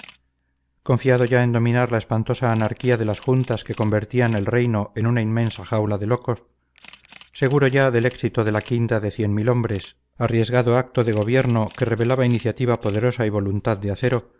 confiado ya en dominar la espantosa anarquía de las juntas que convertían el reino en una inmensa jaula de locos seguro ya del éxito de la quinta de cien mil hombres arriesgado acto de gobierno que revelaba iniciativa poderosa y voluntad de acero